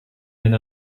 and